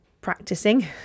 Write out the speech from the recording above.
practicing